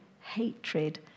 hatred